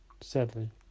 sadly